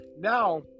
Now